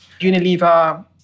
Unilever